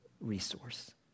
resource